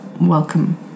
Welcome